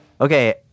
Okay